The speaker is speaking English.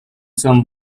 some